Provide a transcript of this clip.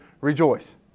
rejoice